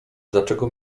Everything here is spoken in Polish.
dlaczego